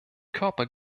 körper